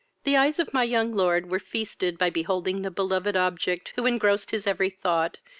the eyes of my young lord were feasted by beholding the beloved object who engrossed his every thought,